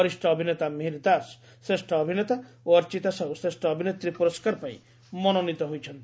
ବରିଷ ଅଭିନେତା ମିହିର ଦାସ ଶ୍ରେଷ ଅଭିନେତା ଓ ଅର୍ଚ୍ଚତା ସାହୁ ଶ୍ରେଷ ଅଭିନେତ୍ରୀ ପୁରସ୍କାର ପାଇଁ ମନୋନୀତ ହୋଇଛନ୍ତି